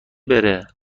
بره